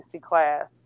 class